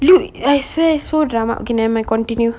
look I swear it's so drama okay never mind continue